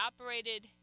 operated